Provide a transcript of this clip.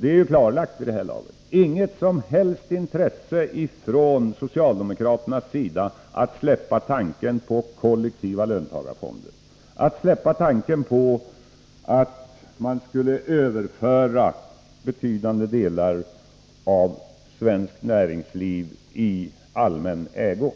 det är klart belagt vid det här laget — är att det under hela den långa tid som utredningen arbetade inte fanns något som helst intresse från socialdemokraternas sida att släppa tanken på kollektiva löntagarfonder, att släppa tanken på att överföra betydande delar av svenskt näringsliv i allmän ägo.